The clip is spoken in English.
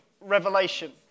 revelation